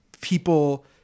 people